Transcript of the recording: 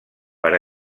per